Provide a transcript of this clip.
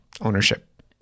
ownership